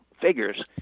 figures